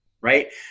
right